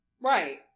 Right